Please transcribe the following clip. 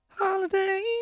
Holiday